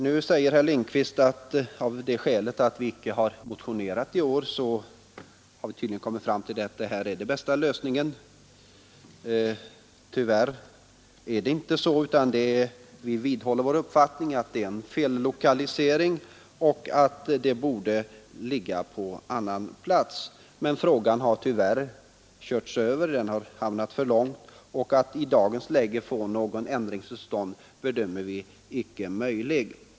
Nu säger herr Lindkvist att den omständigheten att vi icke motionerat i år tyder på att vi kommit fram till att Remmenealternativet är den bästa lösningen. Men så förhåller det sig inte, utan vi vidhåller vår uppfattning att det var och är en fellokalisering och att fältet borde ligga på annan plats. Men frågan har tyvärr körts över — den har hamnat för långt fram — och att i dagens läge få ändring till stånd bedömer vi icke som möjligt.